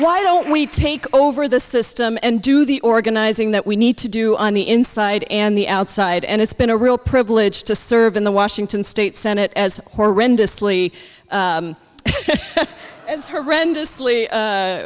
why don't we take over the system and do the organizing that we need to do on the inside and the outside and it's been a real privilege to serve in the washington state senate as horrendously as horrendous